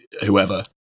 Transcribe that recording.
whoever